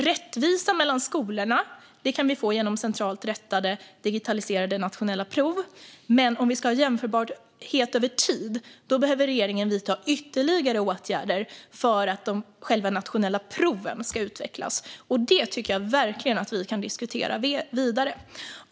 Rättvisa mellan skolorna kan vi få genom centralt rättade digitaliserade nationella prov, men om vi ska ha jämförbarhet över tid behöver regeringen vidta ytterligare åtgärder för att själva de nationella proven ska utvecklas. Detta tycker jag verkligen att vi kan diskutera vidare.